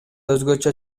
өзгөчө